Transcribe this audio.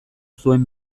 zuen